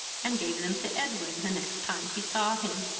and gave them to edwin the next time he saw him.